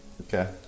Okay